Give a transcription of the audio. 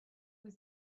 was